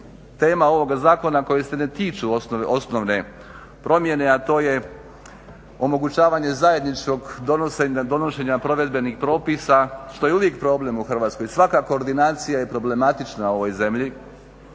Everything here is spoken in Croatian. tema ovoga zakona koji se ne tiču osnovne promjene, a to je omogućavanja zajedničkog donošenja provedbenih propisa što je uvijek problem u Hrvatskoj. Svaka koordinacija je problematična u ovoj zemlji